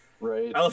Right